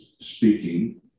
speaking